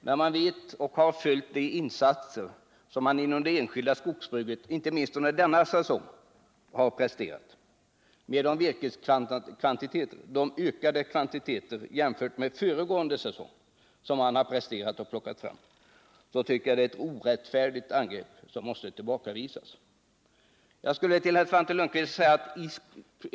När man vet vilka insatser som har gjorts inom det enskilda skogsbruket inte minst under denna säsong måste herr Lundkvists angrepp betecknas som orättfärdigt och tillbakavisas. Det enskilda skogsbruket har ju presterat ökade virkeskvantiteter jämfört med föregående säsong.